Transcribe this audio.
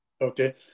Okay